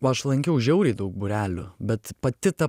aš lankiau žiauriai daug būrelių bet pati ta